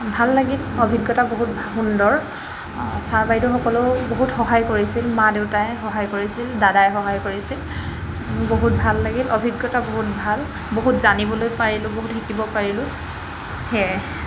ভাল লাগিল অভিজ্ঞতা বহুত সুন্দৰ ছাৰ বাইদেউসকলেও বহুত সহায় কৰিছিল মা দেউতাই সহায় কৰিছিল দাদাই সহায় কৰিছিল বহুত ভাল লাগিল অভিজ্ঞতা বহুত ভাল বহুত জানিবলৈ পাৰিলোঁ বহুত শিকিব পাৰিলোঁ সেয়ে